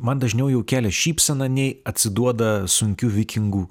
man dažniau jau kelia šypseną nei atsiduoda sunkių vikingų